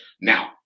Now